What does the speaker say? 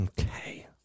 Okay